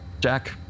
Jack